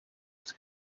its